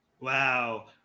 Wow